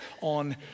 on